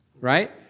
Right